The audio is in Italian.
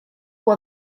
può